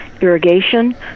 irrigation